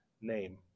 name